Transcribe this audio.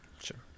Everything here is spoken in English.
Sure